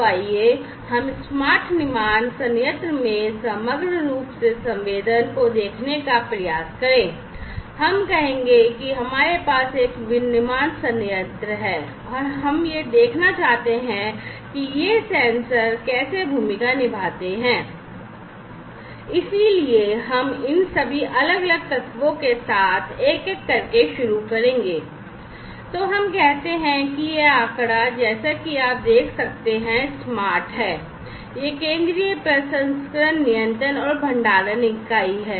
तो आइए हम स्मार्ट निर्माण संयंत्र में समग्र रूप से संवेदन और भंडारण इकाई है